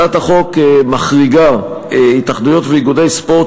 הצעת החוק מחריגה התאחדויות ואיגודי ספורט